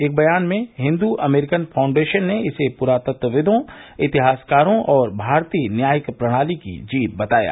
एक बयान में हिंदू अमेरिकन फाउंडेशन ने इसे पुरातत्वविदो इतिहासकारों और भारतीय न्यायिक प्रणाली की जीत बताया